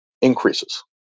increases